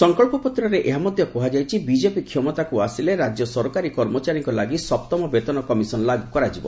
ସକଳ୍ପ ପତ୍ରରେ ଏହା ମଧ୍ୟ କୁହାଯାଇଛି ବିଜେପି କ୍ଷମତାକୁ ଆସିଲେ ରାଜ୍ୟ ସରକାରୀ କର୍ମଚାରୀଙ୍କ ଲାଗି ସପ୍ତମ ବେତନ କମିଶନ ଲାଗୁ କରାଯିବ